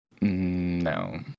No